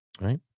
right